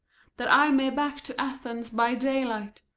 that i may back to athens by daylight,